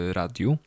radiu